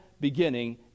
beginning